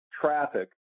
traffic